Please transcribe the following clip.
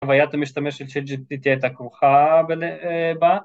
‫חוויית המשתמש של GPT ‫CHAT הייתה כרוכה בה